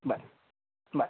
bye bye